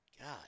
God